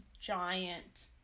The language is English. giant